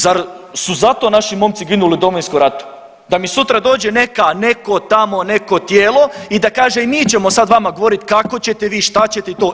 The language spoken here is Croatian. Zar su zato naši momci ginuli u Domovinskom ratu da mi sutra dođe neka, neko, tamo neko tijelo i da kaže i mi ćemo sad vama govorit kako ćete vi šta ćete i to.